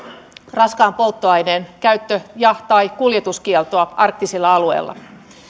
raskaan polttoaineen käyttö ja tai kuljetuskieltoa arktisilla alueilla